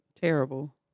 Terrible